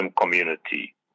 community